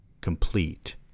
complete